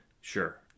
Sure